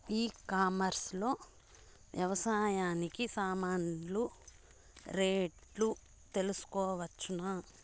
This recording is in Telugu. ఈ కామర్స్ లో వ్యవసాయానికి సామాన్లు రేట్లు తెలుసుకోవచ్చునా?